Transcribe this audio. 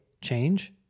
change